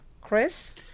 Chris